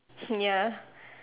hmm ya